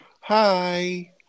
Hi